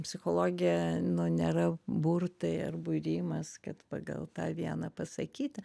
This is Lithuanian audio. psichologija nu nėra burtai ar burimas kad pagal tą vieną pasakyti